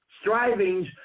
Strivings